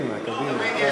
קדימה, קדימה.